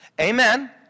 Amen